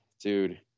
dude